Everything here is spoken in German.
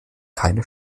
keine